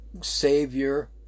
Savior